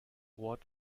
what